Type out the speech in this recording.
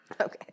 Okay